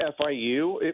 FIU